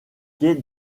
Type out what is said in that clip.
quai